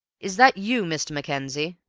is that you, mr. mackenzie?